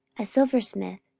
a silversmith,